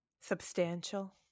substantial